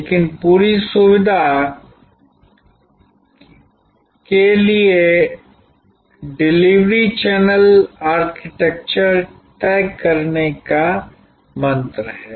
लेकिन पूरी सुविधा सुविधा सुविधा के लिए डिलीवरी चैनल आर्किटेक्चर तय करने का मंत्र है